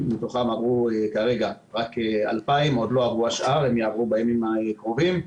מתוכם עברו רק 2,000 והשאר יעברו בימים הקרובים.